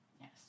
Yes